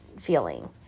feeling